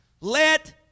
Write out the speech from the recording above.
Let